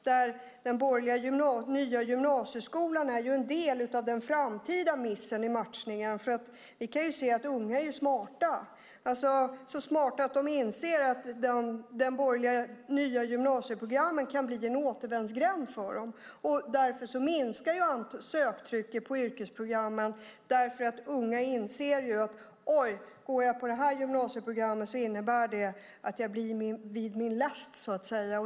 Den borgerliga nya gymnasieskolan är en del av den framtida missen i matchningen. Vi kan ju se att unga är smarta, så smarta att de inser att de borgerliga nya gymnasieprogrammen kan bli en återvändsgränd för dem. Därför minskar söktrycket på yrkesprogrammen. Unga inser att om de går på det här gymnasieprogrammet innebär det att de blir vid sin läst, så att säga.